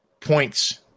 points